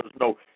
no